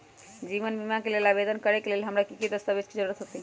जीवन बीमा के लेल आवेदन करे लेल हमरा की की दस्तावेज के जरूरत होतई?